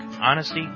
honesty